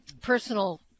personal